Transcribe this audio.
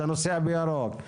אתה נוסע בירוק.